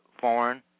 foreign